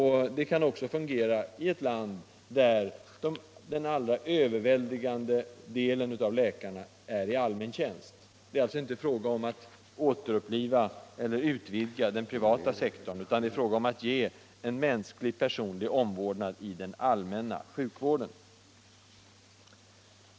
Det kan fungera också i ett land där den överväldigande delen av läkarna är i allmän tjänst. Det är alltså inte fråga om att återuppliva eller utvidga den privata sektorn utan det är fråga om att ge en mänsklig, personlig omvårdnad i den allmänna sjukvården.